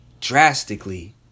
drastically